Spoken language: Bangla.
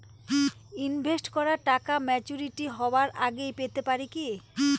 ইনভেস্ট করা টাকা ম্যাচুরিটি হবার আগেই পেতে পারি কি?